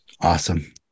Awesome